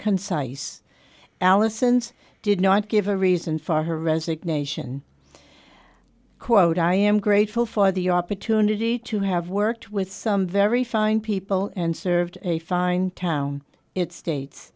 concise alison's did not give a reason for her resignation quote i am grateful for the opportunity to have worked with some very fine people and served a fine town it states